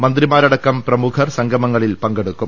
മന്ത്രിമാരടക്കം പ്രമുഖർ സംഗമങ്ങളിൽ പങ്കെടുക്കും